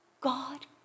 God